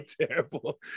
terrible